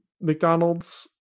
McDonald's